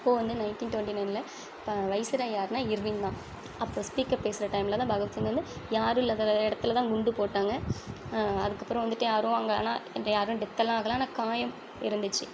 அப்போது வந்து nineteen twenty நைன்ல வைஸ்ராய் யாருன்னால் இர்வின் தான் அப்போ ஸ்பீக்கர் பேசுகிற டைம்ல தான் பகத்சிங் வந்து யாரும் இல்லாத இடத்துல தான் குண்டு போட்டாங்கள் அதுக்கப்புறம் வந்துட்டு யாரும் அங்கே ஆனால் யாரும் டெத்தெல்லாம் ஆகலை ஆனால் காயம் இருந்துச்சு